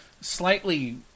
slightly